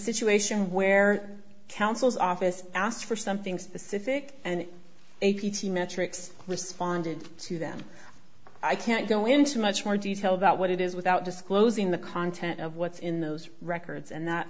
situation where counsel's office asked for something specific and h p t metrics responded to them i can't go into much more detail about what it is without disclosing the content of what's in those records and that